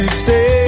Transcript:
stay